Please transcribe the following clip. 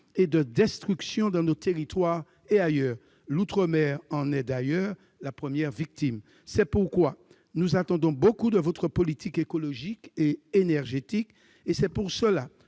et de destructions dans nos territoires et ailleurs. L'outre-mer en est la première victime ! C'est pourquoi nous attendons beaucoup de votre politique écologique et énergétique et nous